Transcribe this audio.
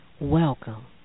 Welcome